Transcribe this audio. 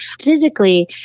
physically